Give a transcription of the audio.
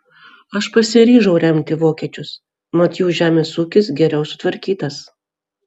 aš pasiryžau remti vokiečius mat jų žemės ūkis geriau sutvarkytas